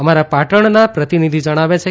અમારા પાટણના પ્રતિનિધિ જણાવે છે